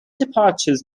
departures